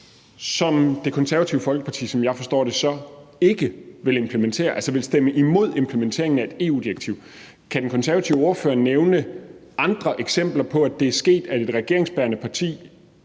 som Det Konservative Folkeparti, som jeg forstår det, så ikke vil implementere. Altså, man vil stemme imod implementeringen af et EU-direktiv. Kan den konservative ordfører nævne eksempler på, at det er sket, at et regeringsbærende parti